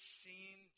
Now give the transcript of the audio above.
seen